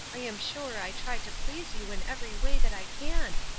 i am sure i try to please you in every way that i can.